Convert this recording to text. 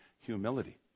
humility